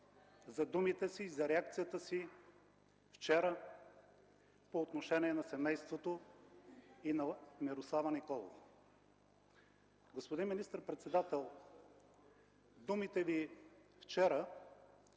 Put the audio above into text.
за думите си, за реакцията си вчера по отношение на семейството на Мирослава Николова. Господин министър-председател, думите Ви вчера,